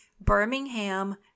Birmingham